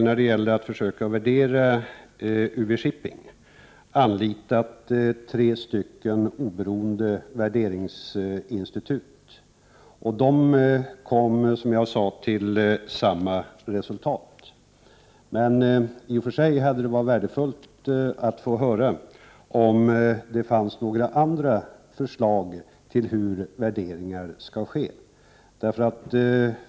När det gällt att försöka värdera UV-Shipping har vi för vår del anlitat tre oberoende värderingsinstitut, och som jag sade kommer de till samma resultat. I och för sig hade det naturligtvis varit värdefullt att få höra om det fanns några andra förslag till hur värderingen skall ske.